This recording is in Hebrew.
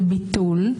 זה ביטול.